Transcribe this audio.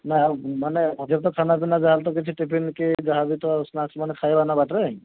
ନା ମାନେ ଆଗେ ତ ଖାନା ପିନା ଯାହା ହେଲେ ତ କିଛି ଟିଫିନ୍ କି ଯାହା ହେଲେ ବି ତ ସ୍ନାକ୍ସ ମାନେ ଖାଇବା ନା ବାଟରେ